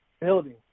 building